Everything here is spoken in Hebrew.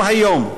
גם היום,